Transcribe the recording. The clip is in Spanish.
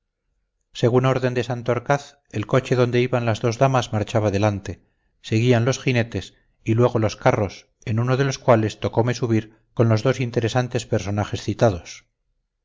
según orden de santorcaz el cochecillo donde iban las dos damas marchaba delante seguían los jinetes y luego los carros en uno de los cuales tocome subir con los dos interesantes personajes citados